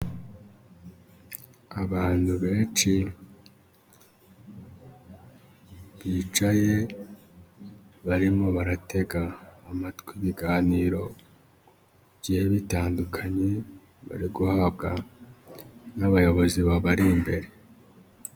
Abantu benshi bicaye barimo baratega amatwi ibiganiro bigiye bitandukanye bari guhabwa n'abayobozi babari imbere.